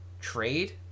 trade